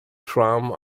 tram